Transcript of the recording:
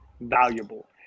valuable